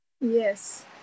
Yes